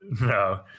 No